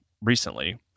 recently